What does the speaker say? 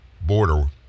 border